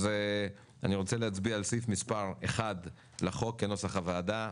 אני רוצה להצביע על סעיף מספר 1 לחוק כנוסח הוועדה.